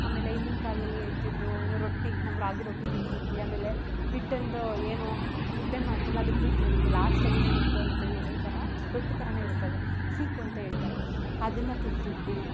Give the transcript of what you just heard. ಆಮೇಲೆ ಹಿಂದಿನ ಕಾಲದಲ್ಲಿ ಹೇಳ್ತಿದ್ದರು ಏನೋ ರೊಟ್ಟಿ ನಾವು ರಾಗಿ ರೊಟ್ಟಿ ತಿಂತಿದ್ವಿ ಆಮೇಲೆ ಹಿಟ್ಟಿಂದು ಏನು ಮುದ್ದೆ ಮಾಡ್ತಾರಲ್ಲ ಅದರದ್ದು ಲಾಸ್ಟಲ್ಲಿ ಒಂದು ಇದು ಬರುತ್ತೆ ಎಳೆ ಥರ ರೊಟ್ಟಿ ಥರನೇ ಇರುತ್ತೆ ಅದು ಸೀಕು ಅಂತ ಹೇಳ್ತಾರೆ ಅದನ್ನು ತಿಂತಿದ್ವಿ